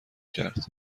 کرد